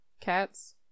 Cats